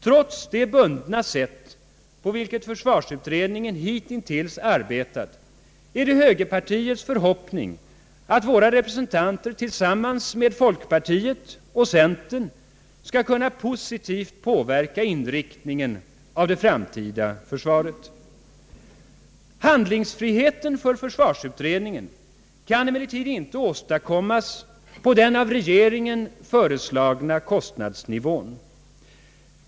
Trots det bundna sätt på vilket försvarsutredningen hitintills har arbetat är det högerpartiets förhoppning att våra representanter tillsammans med folkpartiet och centern skall kunna positivt påverka inriktningen av det framtida försvaret. Handlingsfriheten för försvarsutredningen kan emellertid inte åstadkommas på den av regeringen föreslagna kostnadsnivån.